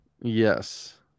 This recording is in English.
Yes